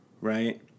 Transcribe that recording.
right